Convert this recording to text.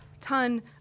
ton